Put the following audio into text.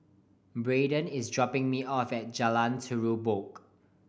Braeden is dropping me off at Jalan Terubok